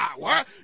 power